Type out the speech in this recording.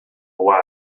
away